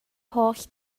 holl